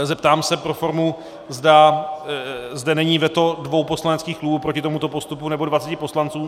Zeptám se pro formu, zda zde není veto dvou poslaneckých klubů proti tomuto postupu, nebo 20 poslanců.